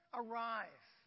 arrive